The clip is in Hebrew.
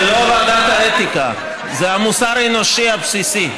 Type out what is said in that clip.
זה לא ועדת האתיקה, זה המוסר האנושי הבסיסי.